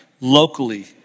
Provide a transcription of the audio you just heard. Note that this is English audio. locally